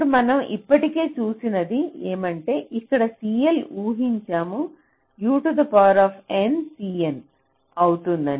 ఇప్పుడు మనం ఇప్పటికే చూసినది ఏమంటే ఇక్కడ CL ఊహించాము UN Cin అవుతుంది